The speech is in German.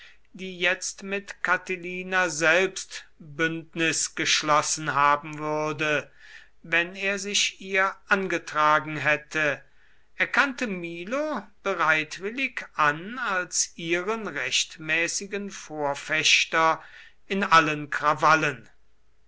die jetzt mit catilina selbst bündnis geschlossen haben würde wenn er sich ihr angetragen hätte erkannte milo bereitwillig an als ihren rechtmäßigen vorfechter in allen krawallen